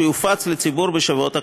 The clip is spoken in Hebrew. שיופץ לציבור בשבועות הקרובים.